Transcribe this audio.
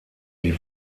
die